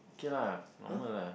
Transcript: okay lah normal lah